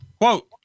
Quote